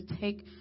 take